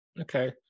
Okay